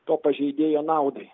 to pažeidėjo naudai